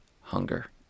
hunger